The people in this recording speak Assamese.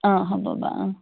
অঁ হ'ব বাৰু অঁ